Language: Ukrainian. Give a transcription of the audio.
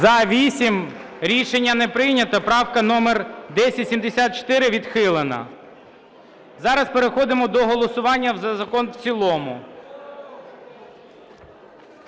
За-8 Рішення не прийнято. Правка номер 1074 відхилена. Зараз переходимо до голосування за закон в цілому.